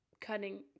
cutting